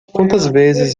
vezes